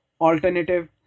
alternative